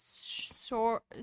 short